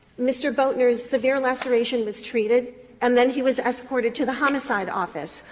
mr. boatner's severe laceration was treated and then he was escorted to the homicide office,